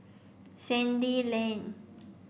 Sandy Lane